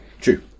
true